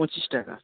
পঁচিশ টাকা